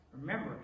Remember